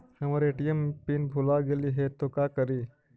हमर ATM PIN भूला गेली हे, तो का करि?